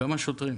גם השוטרים.